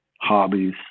hobbies